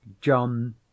John